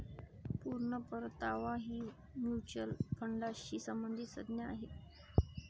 पूर्ण परतावा ही म्युच्युअल फंडाशी संबंधित संज्ञा आहे